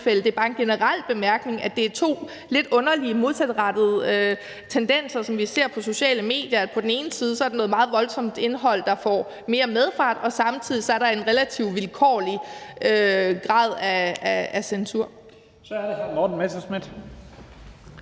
Det er bare en generel bemærkning om, at det er to lidt underlige modsatrettede tendenser, som vi ser på sociale medier. På den ene side er der noget meget voldsomt indhold, der får mere medfart, og på den anden side er der en relativt vilkårlig grad af censur. Kl. 16:01 Første næstformand